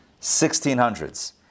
1600s